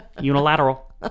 Unilateral